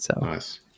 Nice